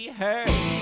hurt